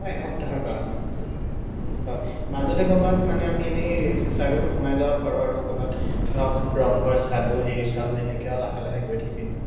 হয় এসপ্তাহৰ কাৰণে হয় মাজতে ক'ৰবাত মানে আমি এনেই শিৱসাগৰতো সোমাই যাব পাৰোঁ আৰু ক'ৰবাত ধৰক ৰংঘৰ চালোঁ সেই চালোঁ এনেকেই আৰু লাহে লাহে গৈ থাকিলোঁ হয়